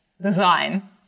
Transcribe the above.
design